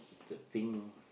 the thing